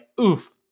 oof